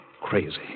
Crazy